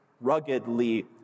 ruggedly